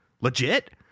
legit